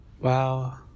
Wow